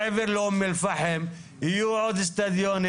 מעבר לאום אל פאחם, יהיו עוד איצטדיונים.